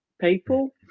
people